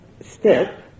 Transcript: step